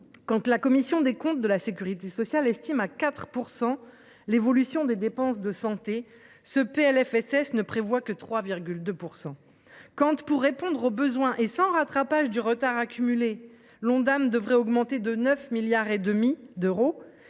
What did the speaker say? Quand la commission des comptes de la sécurité sociale estime à 4 % la progression des dépenses de santé, ce PLFSS ne prévoit que 3,2 % de hausse. Quand, pour répondre aux besoins constatés, sans rattrapage du retard accumulé, l’Ondam devrait augmenter de 9,5 milliards d’euros,